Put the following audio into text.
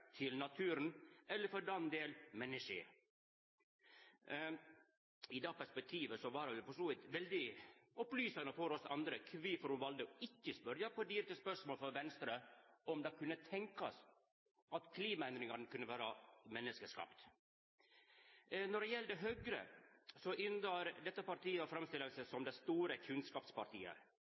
til naturen – eller for den del mennesket. I det perspektivet var det for så vidt veldig opplysande for oss andre kvifor ho valde å ikkje svara – på direkte spørsmål frå Venstre – på om det kunne tenkjast at klimaendringane kunna vera menneskeskapte. Når det gjeld Høgre, yndar dette partiet å framstilla seg som det store kunnskapspartiet.